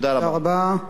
תודה רבה.